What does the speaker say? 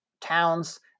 towns